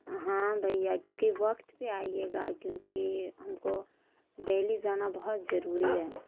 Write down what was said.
ہاں بھیا کیونکہ وقت پہ آئیے گا کیونکہ ہم کو دہلی جانا بہت ضروری ہے